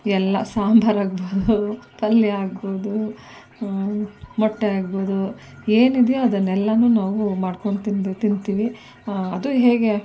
ಎಲ್ಲ ಸಾಂಬಾರು ಆಗ್ಬೋದು ಪಲ್ಯ ಆಗ್ಬೋದು ಮೊಟ್ಟೆ ಆಗ್ಬೋದು ಏನಿದೆಯೋ ಅದನ್ನೆಲ್ಲವೂ ನಾವು ಮಾಡ್ಕೊಂಡು ತಿನ್ಬೆ ತಿಂತೀವಿ ಅದು ಹೇಗೆ